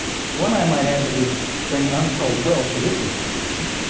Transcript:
one i might add, that would bring untold wealth to this institution,